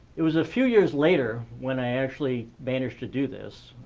it was a few years later when i actually managed to do this.